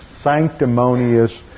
sanctimonious